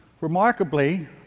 remarkably